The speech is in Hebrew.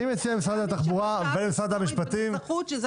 אני מציע למשרד התחבורה ולמשרד המשפטים, רק כדי